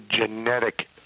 genetic